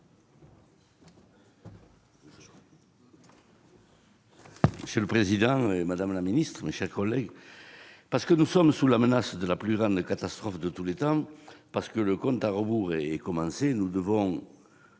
Monsieur le président, madame la ministre, mes chers collègues, parce que nous sommes confrontés à la menace de la plus grande catastrophe de tous les temps et parce que le compte à rebours a commencé, nous devons